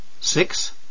Six